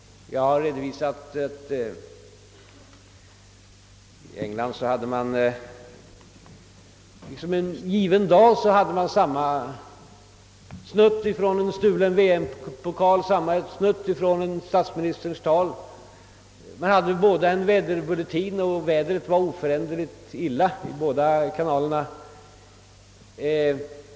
T. ex. i England hade de olika programmen en given dag samma snutt om en stulen VM-pokal, och samma snutt från statsministerns tal; båda företagen hade vidare en väderbulletin, och vädret var oföränderligt dåligt i bägge kanalerna.